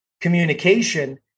communication